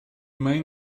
main